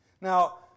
Now